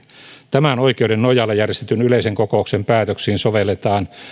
tämän oikeuden nojalla järjestetyn yleisen kokouksen päätöksiin sovelletaan